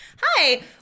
Hi